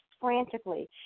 frantically